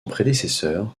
prédécesseur